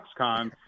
Foxconn